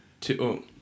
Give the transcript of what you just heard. two